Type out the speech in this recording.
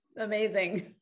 amazing